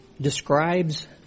describes